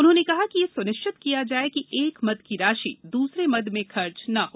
उन्होंने कहा कि यह सुनिश्चित किया जाये कि एक मद की राशि दूसरे मद में खर्च न हो